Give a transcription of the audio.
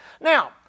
Now